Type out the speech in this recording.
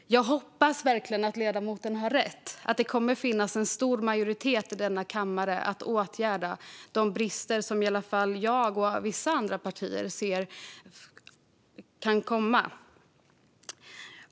Fru talman! Jag hoppas verkligen att ledamoten har rätt och att det kommer att finnas en stor majoritet i denna kammare för att åtgärda de brister som i varje fall jag, mitt parti och vissa andra partier ser kan komma.